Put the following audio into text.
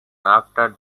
after